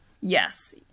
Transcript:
Yes